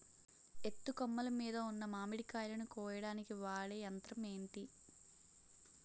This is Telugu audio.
ఎత్తు కొమ్మలు మీద ఉన్న మామిడికాయలును కోయడానికి వాడే యంత్రం ఎంటి?